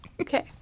Okay